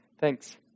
Thanks